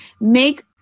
Make